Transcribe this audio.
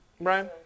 Brian